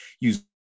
use